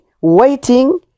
waiting